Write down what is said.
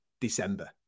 December